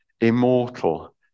Immortal